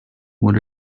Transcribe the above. what